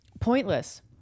pointless